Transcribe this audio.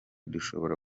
dushobora